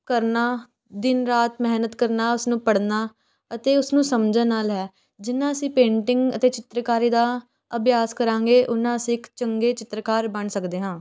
ਕਰਨਾ ਦਿਨ ਰਾਤ ਮਿਹਨਤ ਕਰਨਾ ਉਸਨੂੰ ਪੜ੍ਹਨਾ ਅਤੇ ਉਸਨੂੰ ਸਮਝਣ ਨਾਲ ਹੈ ਜਿੰਨਾਂ ਅਸੀਂ ਪੇਂਟਿੰਗ ਅਤੇ ਚਿੱਤਰਕਾਰੀ ਦਾ ਅਭਿਆਸ ਕਰਾਂਗੇ ਉੱਨਾਂ ਅਸੀਂ ਇੱਕ ਚੰਗੇ ਚਿੱਤਰਕਾਰ ਬਣ ਸਕਦੇ ਹਾਂ